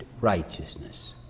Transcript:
righteousness